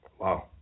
Wow